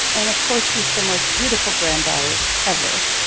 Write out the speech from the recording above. and of course, she's the most beautiful granddaughter ever